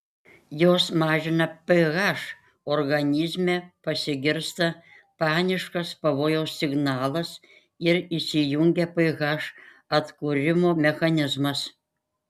jos mažina ph organizme pasigirsta paniškas pavojaus signalas ir įsijungia ph atkūrimo mechanizmas